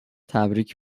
تبریگ